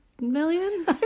million